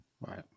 Right